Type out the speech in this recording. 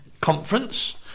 Conference